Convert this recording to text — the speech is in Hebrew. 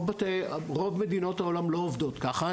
רוב מדינות העולם לא עובדת ככה.